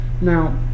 now